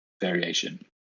variation